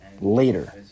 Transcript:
later